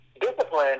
Discipline